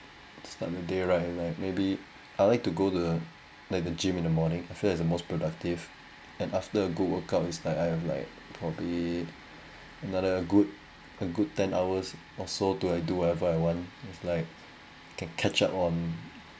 start the day right like maybe I like to go to like the gym in the morning I feel is the most productive and after a good workout is like I have like probably another good a good ten hours or so to like do whatever I want it's like can catch up on